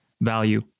value